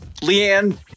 Leanne